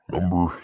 Number